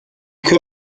could